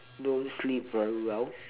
don't sleep very well